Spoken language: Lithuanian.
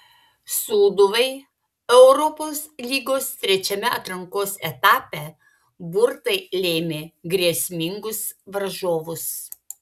sūduvai europos lygos trečiame atrankos etape burtai lėmė grėsmingus varžovus